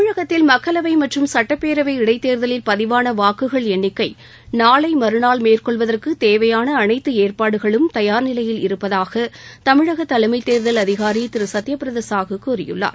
தமிழகத்தில் மக்களவை மற்றும் சட்டப்பேரவை இடைத்தேர்தலில் பதிவாள வாக்குகள் எண்ணிக்கை நாளை மறுநாள் மேற்கொள்வதற்கு தேவையான அனைத்து ஏற்பாடுகளும் தயார் நிலையில் இருப்பதாக தமிழக தலைமைத் தேர்தல் அதிகாரி திரு சத்யபிரதா சாஹூ கூறியுள்ளார்